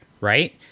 Right